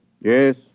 Yes